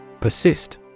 Persist